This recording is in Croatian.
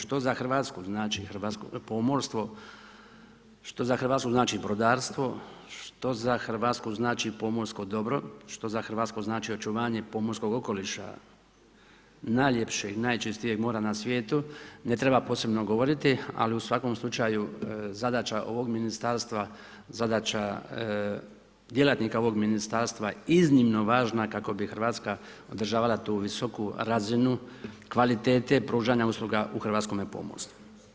Što za Hrvatsku znači pomorstvo, što uza Hrvatsku znači brodarstvo, što za Hrvatsku znači pomorsko dobro, što za Hrvatsku znači očuvanje pomorskog okoliša, najljepšeg, najčistijeg mora na svijetu, ne treba posebno govoriti ali u svakom slučaju, zadaća ovog ministarstva, zadaća djelatnika ovog ministarstva je iznimno važna kako bi Hrvatska održavala tu visoku razinu kvalitete pružanja usluga u hrvatskom pomorstvu.